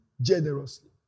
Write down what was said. generously